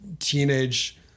teenage